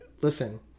listen